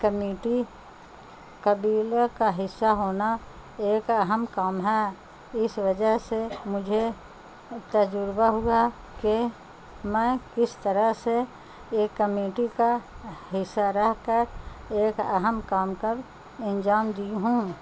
committee قبیلے کا حصہ ہونا ایک اہم کام ہے اس وجہ سے مجھے تجربہ ہوا کہ میں کس طرح سے ایک کمیٹی کا حصہ رہ کر ایک اہم کام کر انجام دی ہوں